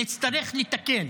נצטרך נתקן.